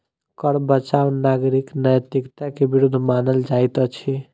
कर बचाव नागरिक नैतिकता के विरुद्ध मानल जाइत अछि